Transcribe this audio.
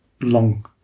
long